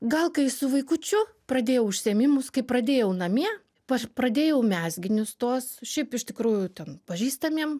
gal kai su vaikučiu pradėjau užsiėmimus kai pradėjau namie paš pradėjau mezginius tuos šiaip iš tikrųjų ten pažįstamiem